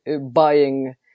buying